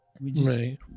Right